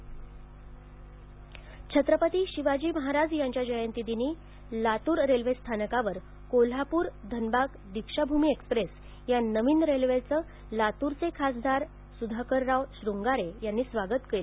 Deekshabhoomi railway Chhatrapati Shivaji Maharaj यांच्या जयंतीदिनी Latur railway स्थानकावर कोल्हापूर धनबाद दीक्षाभूमी एक्सप्रेस या नवीन रेल्वेचे लातूरचे खासदार सुधाकरराव श्रंगारे यांनी स्वागत करून केलं